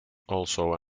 also